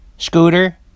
Scooter